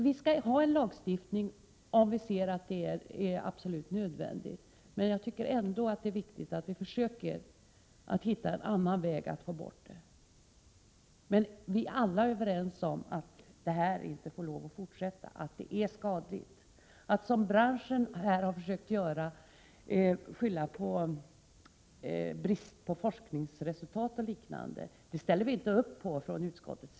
Om vi finner att det är absolut nödvändigt skall vi införa en lag. Det är ändå viktigt att vi försöker att hitta en annan väg för att bli av med dessa avarter. Vi är alla överens om att dessa inte får fortsätta, att de är skadliga. Branschen har försökt att skylla på brist på forskningsresultat o. d., men från utskottets sida ställer man inte upp på det.